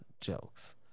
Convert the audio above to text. Jokes